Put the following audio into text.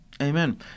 Amen